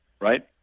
right